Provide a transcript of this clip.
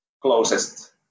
closest